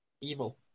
evil